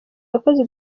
abakozi